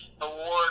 Award